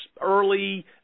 early